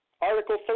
Article